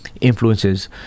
influences